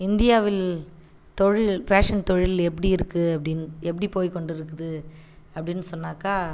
இந்தியாவில் தொழில் ஃபேஷன் தொழில் எப்படி இருக்குது அப்படினு எப்படி போய் கொண்டுருக்குது அப்படினு சொன்னாக்கா